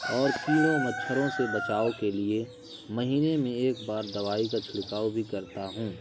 اور کیڑوں مچھروں سے بچاؤ کے لیے مہینے میں ایک بار دوائی کا چھڑکاؤ بھی کرتا ہوں